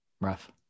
Rough